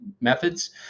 methods